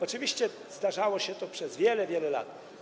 Oczywiście zdarzało się to przez wiele, wiele lat.